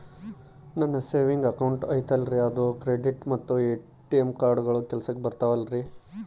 ನನ್ನ savings account ಐತಲ್ರೇ ಅದು ಕ್ರೆಡಿಟ್ ಮತ್ತ ಎ.ಟಿ.ಎಂ ಕಾರ್ಡುಗಳು ಕೆಲಸಕ್ಕೆ ಬರುತ್ತಾವಲ್ರಿ?